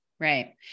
Right